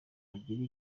agire